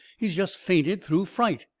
he's just fainted through fright.